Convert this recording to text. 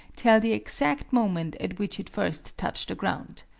tell the exact moment at which it first touched the ground.